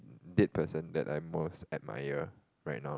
dead person that I most admire right now